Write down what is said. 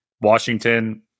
Washington